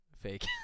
fake